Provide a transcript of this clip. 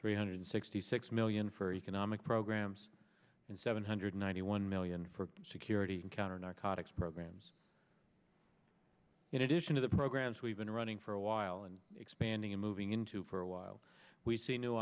three hundred sixty six million for economic programs and seven hundred ninety one million for security and counter narcotics programs in addition to the programs we've been running for a while and expanding and moving into for a while we see new